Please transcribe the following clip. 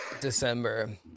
December